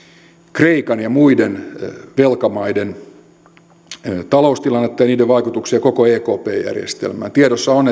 kreikan ja muiden velkamaiden taloustilannetta ja niiden vaikutuksia koko ekp järjestelmään tiedossa on